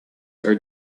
are